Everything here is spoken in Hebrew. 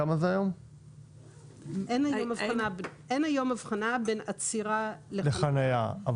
היום אין הבחנה בין עצירה לחניה.